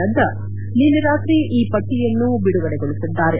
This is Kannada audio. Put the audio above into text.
ನಡ್ಲಾ ನಿನ್ನೆ ರಾತ್ರಿ ಈ ಪಟ್ಟಿಯನ್ನು ಬಿಡುಗಡೆಗೊಳಿಸಿದ್ದಾರೆ